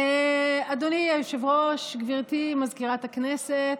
אדוני היושב-ראש, גברתי מזכירת הכנסת,